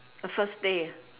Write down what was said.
a first day